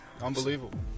unbelievable